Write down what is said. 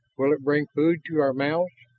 will it bring food to our mouths,